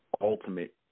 ultimate